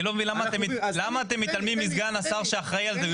אני לא מבין למה אתם מתעלמים מסגן השר שאחראי על זה?